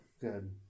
Good